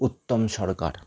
উত্তম সরকার